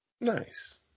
Nice